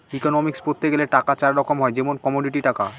economics পড়তে গেলে টাকা চার রকম হয় যেমন কমোডিটি টাকা